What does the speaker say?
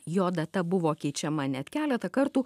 jo data buvo keičiama net keletą kartų